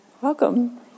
Welcome